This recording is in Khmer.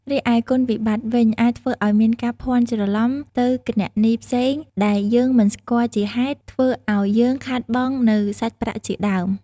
រីឯគុណវិបត្តិវិញ អាចធ្វើឲ្យមានការភាន់ច្រឡំទៅគណនីផ្សេងដែលយើងមិនស្គាល់ជាហេតុធ្វើឲ្យយើងខាតបង់នៅសាច់ប្រាក់ជាដើម។